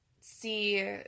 see